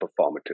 performative